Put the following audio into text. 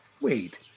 wait